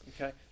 Okay